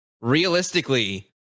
realistically